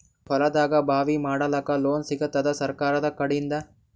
ಹೊಲದಾಗಬಾವಿ ಮಾಡಲಾಕ ಲೋನ್ ಸಿಗತ್ತಾದ ಸರ್ಕಾರಕಡಿಂದ?